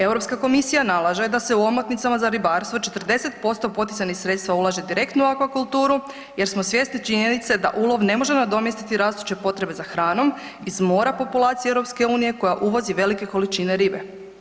Europska komisija nalaže da se u omotnicama za ribarstvo 40% poticajnih sredstava ulaže direktno u aquakulturu, jer smo svjesni činjenice da ulov ne može nadomjestiti rastuće potrebe za hranom iz mora populacije EU koja uvozi velike količine ribe.